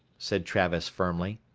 said travis firmly.